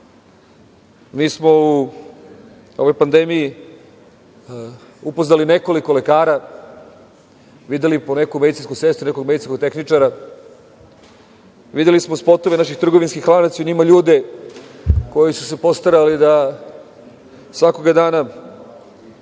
smo u ovoj pandemiji upoznali nekoliko lekara, videli poneku medicinsku sestru i nekog medicinskog tehničara, videli smo spotove naših trgovinskih lanaca i u njima ljude koji su se postarali da svakog dana